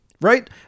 right